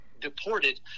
deported